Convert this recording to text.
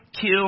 kill